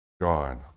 gone